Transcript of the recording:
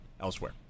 elsewhere